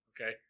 okay